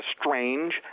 strange